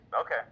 okay